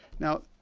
now,